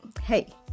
Hey